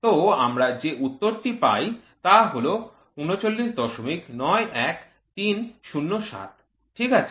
তো আমরা যে উত্তরটি টি পাই তা হল ৩৯৯১৩০৭ ঠিক আছে